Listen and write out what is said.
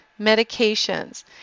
medications